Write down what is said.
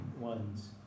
one's